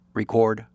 record